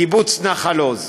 קיבוץ נחל-עוז.